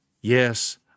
yes